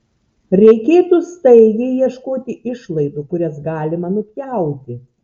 reikėtų staigiai ieškoti išlaidų kurias galima nupjauti